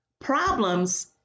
Problems